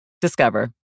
Discover